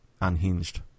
unhinged